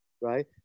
right